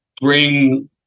bring